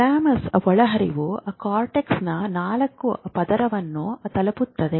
thalamic ಒಳಹರಿವು ಕಾರ್ಟೆಕ್ಸ್ನ 4 ಪದರವನ್ನು ತಲುಪುತ್ತದೆ